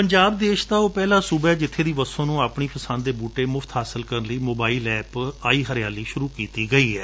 ਪੰਜਾਬ ਦੇਸ਼ ਦਾ ਉਹ ਪਹਿਲਾ ਸੂਬਾ ਏ ਜਿੱਬੇ ਦੀ ਵਸੋ ਨੂੰ ਆਪਣੀ ਪਸੰਦ ਦੇ ਬੂਟੇ ਮੁਫ਼ਤ ਹਾਸਲ ਕਰਨ ਲਈ ਮੋਬਾਈਲ ਐਪ ਆਈ ਹਰਿਆਲੀ ਸੁਰੁ ਕੀਤੀ ਗਈ ਏ